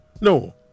No